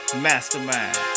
Mastermind